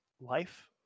life